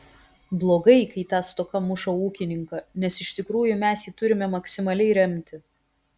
blogai kai ta stoka muša ūkininką nes iš tikrųjų mes jį turime maksimaliai remti